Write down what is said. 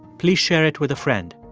please share it with a friend.